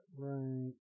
Right